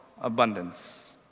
abundance